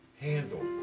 handle